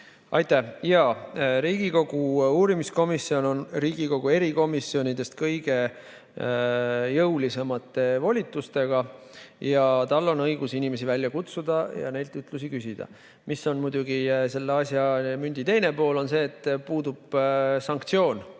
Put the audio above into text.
Aitäh! Jaa, Riigikogu uurimiskomisjon on Riigikogu erikomisjonidest kõige jõulisemate volitustega, tal on õigus inimesi välja kutsuda ja neilt ütlusi võtta. Muidugi, selle mündi teine pool on see, et puudub sanktsioon,